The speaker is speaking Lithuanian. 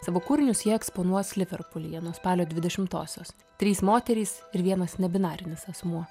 savo kūrinius jie eksponuos liverpulyje nuo spalio dvidešimtosios trys moterys ir vienas nebinarinis asmuo